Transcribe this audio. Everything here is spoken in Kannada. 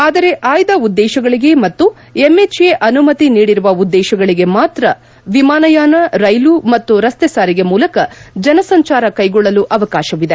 ಆದರೆ ಆಯ್ದ ಉದ್ದೇಶಗಳಿಗೆ ಮತ್ತು ಎಂಎಚ್ಎ ಅನುಮತಿ ನೀದಿರುವ ಉದ್ದೇಶಗಳಿಗೆ ಮಾತ್ರ ವಿಮಾನಯಾನ ರೈಲು ಮತ್ತು ರಸ್ತೆ ಸಾರಿಗೆ ಮೂಲಕ ಜನ ಸಂಚಾರ ಕ್ವೆಗೊಳ್ಳಲು ಅವಕಾಶವಿದೆ